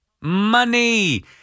Money